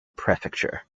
prefecture